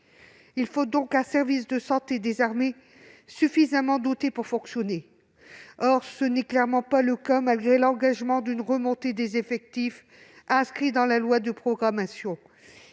Il faut donc un service de santé des armées suffisamment doté pour fonctionner. Or ce n'est clairement pas le cas, malgré l'engagement d'augmenter les effectifs inscrit dans la loi de programmation